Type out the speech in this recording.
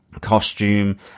costume